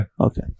Okay